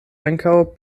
ankaŭ